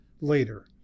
later